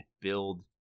build